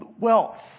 wealth